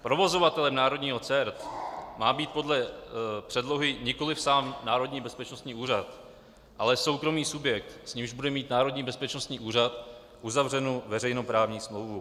Provozovatelem národního CERT má být podle předlohy nikoli sám Národní bezpečností úřad, ale soukromý subjekt, s nímž bude mít Národní bezpečnostní úřad uzavřenu veřejnoprávní smlouvu.